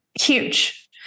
huge